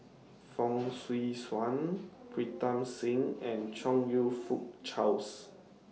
Fong Swee Suan Pritam Singh and Chong YOU Fook Charles